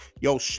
yo